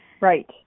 Right